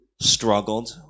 struggled